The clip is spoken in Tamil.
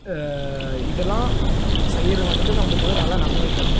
இதெல்லாம் செய்கிறது வந்துட்டு நம்மளுக்கு நல்லா நன்மை தரும்